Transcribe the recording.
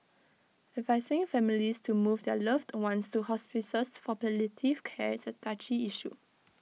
advising families to move their loved ones to hospices for palliative care is A touchy issue